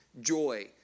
joy